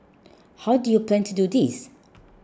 how do you plan to do this